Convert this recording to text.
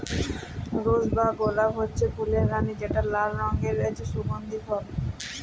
রজ বা গোলাপ হছে ফুলের রালি যেট লাল রঙের সুগল্ধি ফল